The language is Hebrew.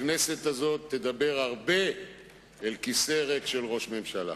הכנסת הזאת תדבר הרבה אל כיסא ריק של ראש ממשלה.